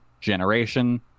generation